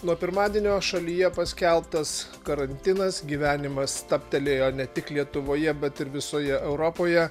nuo pirmadienio šalyje paskelbtas karantinas gyvenimas stabtelėjo ne tik lietuvoje bet ir visoje europoje